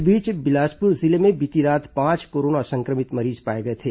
इस बीच बिलासपुर जिले में बीती रात पांच कोरोना संक्रमित मरीज पाए गए थे